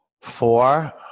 Four